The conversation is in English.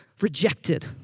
rejected